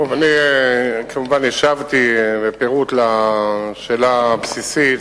כמובן, השבתי בפירוט על השאלה הבסיסית.